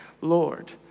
Lord